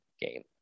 game